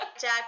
Jack